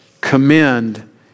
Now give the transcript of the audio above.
commend